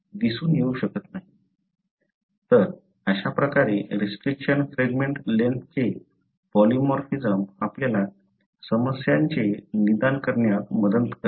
तर अशाप्रकारे restriction fragment लेन्थचे पॉलीमॉर्फिझम आपल्याला समस्यांचे निदान करण्यात मदत करते